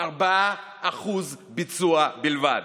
4% ביצוע בלבד.